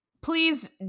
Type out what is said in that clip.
please